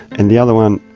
and the other one,